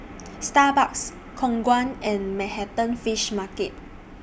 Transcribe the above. Starbucks Khong Guan and Manhattan Fish Market